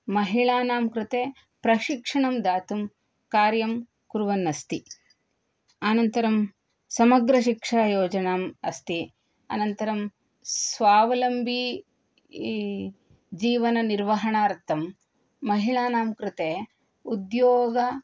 महिलानां कृते प्रशिक्षणं दातुं कार्यं कुर्वन् अस्ति अनन्तरं समग्रशिक्षायोजनम् अस्ति अनन्तरं स्वावलम्बी जीवननिर्वाहणार्थं महिलानां कृते उद्योगः